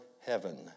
heaven